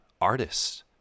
artists